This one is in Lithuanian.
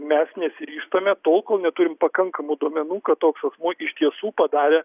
mes nesiryžtame tol kol neturim pakankamų duomenų kad toks asmuo iš tiesų padarė